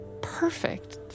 Perfect